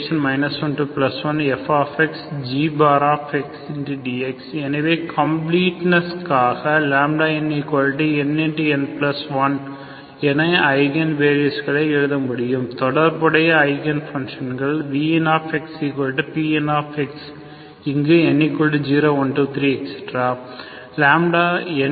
fg 11fxgdx எனவே கம்ப்ளீட்நெஸ்காகnnn1 என ஐகன் வேல்யூகளை எழுத முடியும் தொடர்புடைய ஐகன் பங்ஷன்கள் VnxPnஇங்கு n 0 1 2 3